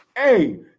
Hey